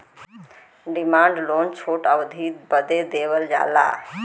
demand loan छोट अवधी बदे देवल जाला